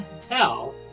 tell